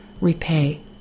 repay